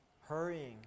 hurrying